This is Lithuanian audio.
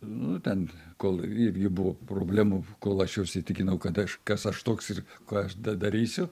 nu ten kol irgi buvo problemų kol aš jau įsitikinau kad aš kas aš toks ir ką aš darysiu